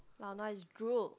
lao nua is drool